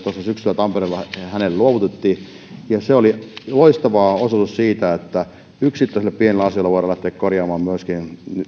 syksyllä tampereella hänelle luovutettiin se oli loistava osoitus siitä että yksittäisellä pienellä asialla voidaan lähteä korjaamaan myöskin